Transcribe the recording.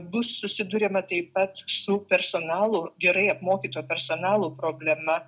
bus susiduriama taip pat su personalo gerai apmokyto personalo problema